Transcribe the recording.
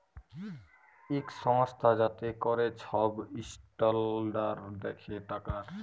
ইক সংস্থা যাতে ক্যরে ছব ইসট্যালডাড় দ্যাখে টাকার